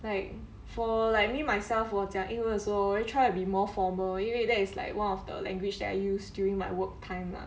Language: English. like for like me myself 我讲英文的时候我会 try to be more formal 因为 that is like one of the language that I use during my work time lah